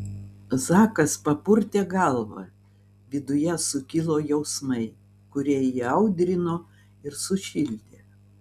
zakas papurtė galvą viduje sukilo jausmai kurie įaudrino ir sušildė